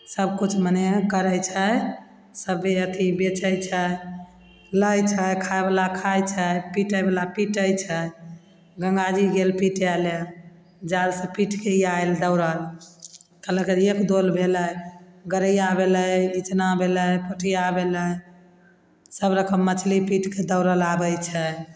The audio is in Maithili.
सबकिछु मने करय छै सबे अथी बेचय छै लै छै खायवला खाय छै पीटयवला पीटय छै गंगा जी गेल पीटय लए जालसँ पीटके आयल दौड़ल कहलक एक दोल भेलय गरैया भेलय इचना भेलय पोठिया भेलय सब मछली पीटके दौड़ल आबय छै